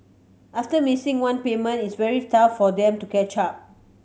after missing one payment it's very tough for them to catch up